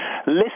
listen